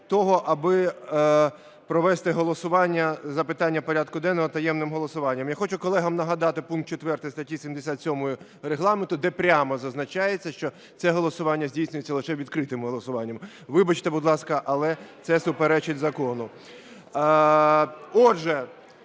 того, аби провести голосування за питання порядку денного таємним голосуванням. Я хочу колегам нагадати пункт 4 статті 77 Регламенту, де прямо зазначається, що це голосування здійснюється лише відкритим голосуванням. Вибачте, будь ласка, але це суперечить закону.